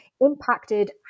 impacted